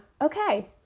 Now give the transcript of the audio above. Okay